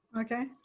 Okay